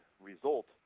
result